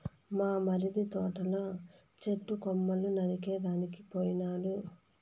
మా మరిది తోటల చెట్టు కొమ్మలు నరికేదానికి పోయినాడు